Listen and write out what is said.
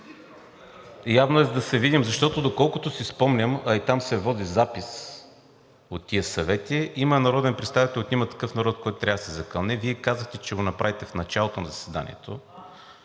Явно е, за да се видим, защото, доколкото си спомням, а и там се води запис на тези съвети – има народен представител от „Има такъв народ“, който трябва да се закълне. Вие казахте, че ще го направите в началото на заседанието.